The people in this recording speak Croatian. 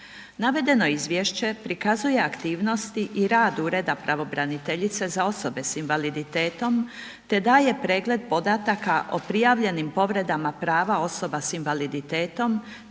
Navedeno izvješće prikazuje aktivnosti i rad Ureda pravobraniteljice za osobe s invaliditetom te daje pregled podataka o prijavljenim povredama prava osoba s invaliditetom